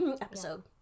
episode